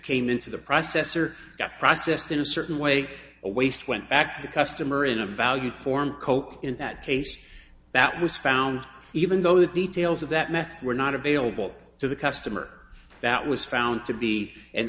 came into the process or got processed in a certain way a waste went back to customer in a value form coke in that case that was found even though the details of that meth were not available to the customer that was found to be